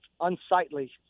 unsightly